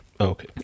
Okay